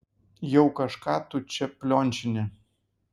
jau kažką tu čia pliončini